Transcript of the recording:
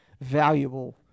valuable